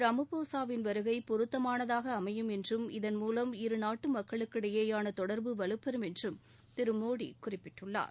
ரமஃபோஸாவின் வருகை பொருத்தமானதாக அமையும் என்றும் இதன்மூலம் இருநாட்டு மக்களுக்கு இடையே தொடர்பு வலுப்பெறும் என்றும் திரு மோடி குறிப்பிட்டுள்ளார்